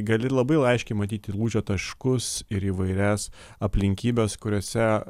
gali labai laiškiai matyti lūžio taškus ir įvairias aplinkybes kuriose